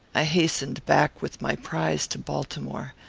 i hastened back with my prize to baltimore,